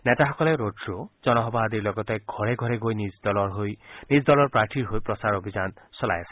নেতাসকলে ৰোড খ' জনসভা আদিৰ লগতে ঘৰে ঘৰে গৈ নিজ দলৰ প্ৰাৰ্থীৰ হৈ প্ৰচাৰ অভিযান চলাই আছে